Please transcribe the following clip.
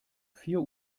vier